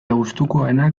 gustukoenak